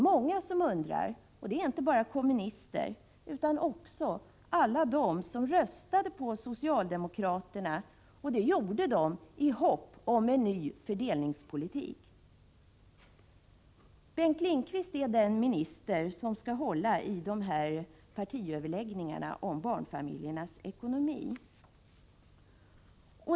Många undrar, inte bara kommunister utan även de som röstade på socialdemokraterna i hopp om en ny fördelningspolitik. Bengt Lindqvist är den minister som skall hålla i partiöverläggningarna om barnfamiljernas ekonomi.